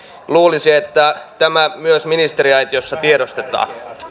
luulisi että tämä myös ministeriaitiossa tiedostetaan